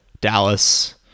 Dallas